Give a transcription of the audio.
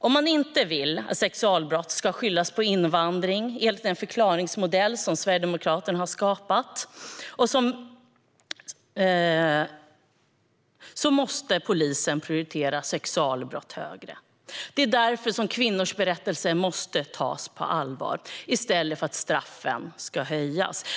Om man inte vill att sexualbrott ska skyllas på invandring enligt den förklaringsmodell som Sverigedemokraterna har skapat måste polisen prioritera sexualbrott högre. Det är därför kvinnors berättelser måste tas på allvar i stället för att straffen ska höjas.